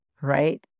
right